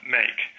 make